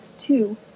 two